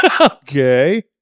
Okay